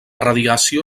radiació